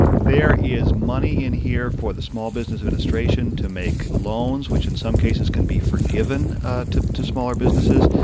there is money in here for the small business administration to make loans, which, in some cases, can be forgiven to to smaller businesses.